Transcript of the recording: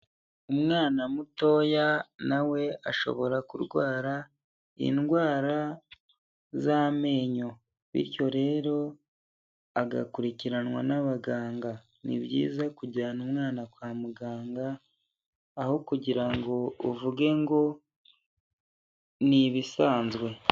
Umwana mutoya na we ashobora kurwara indwara z'amenyo, bityo rero agakurikiranwa n'abaganga ni byiza kujyana umwana kwa muganga aho kugira ngo uvuge ngo ni ibisanzwe.